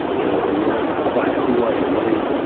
you know, when you're quiet, who are you, what are,